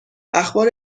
اخبار